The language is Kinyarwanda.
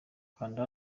kanda